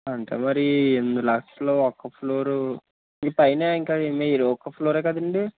అంటే మరి ఎనిమిది లక్షలు ఒక ఫ్లోర్ ఈ పైన ఇంకా ఏమి వేయరు ఒక్క ఫ్లోరే కదండి